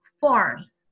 forms